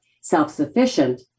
self-sufficient